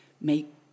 make